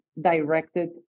directed